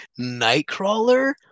Nightcrawler